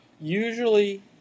Usually